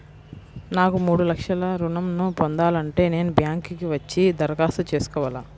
నాకు మూడు లక్షలు ఋణం ను పొందాలంటే నేను బ్యాంక్కి వచ్చి దరఖాస్తు చేసుకోవాలా?